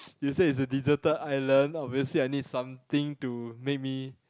you say it's a deserted island obviously I need something to make me